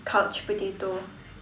couch potato